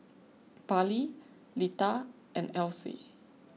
Parley Lita and Else